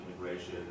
immigration